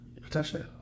Potentially